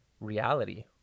reality